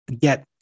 get